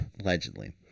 Allegedly